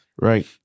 Right